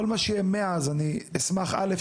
כל מה שיהיה מאז, אני אשמח א.